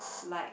like